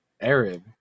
Arab